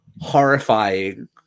horrifying